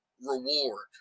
reward